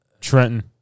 Trenton